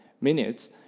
minutes